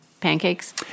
Pancakes